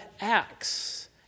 acts